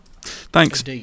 Thanks